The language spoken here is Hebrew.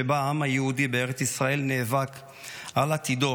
שבה העם היהודי בארץ ישראל נאבק על עתידו